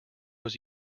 was